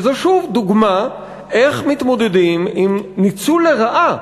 שזו שוב דוגמה איך מתמודדים עם ניצול לרעה